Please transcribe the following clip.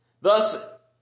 Thus